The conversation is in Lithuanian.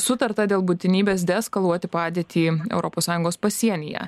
sutarta dėl būtinybės deeskaluoti padėtį europos sąjungos pasienyje